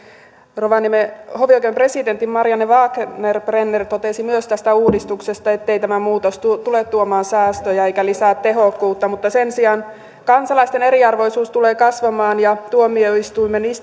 rovaniemen hovioikeuden presidentti marianne wagner prenner totesi myös tästä uudistuksesta ettei tämä muutos tule tule tuomaan säästöjä eikä lisää tehokkuutta mutta sen sijaan kansalaisten eriarvoisuus tulee kasvamaan ja tuomioistuimen